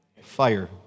Fire